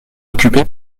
occupé